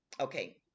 okay